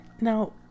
now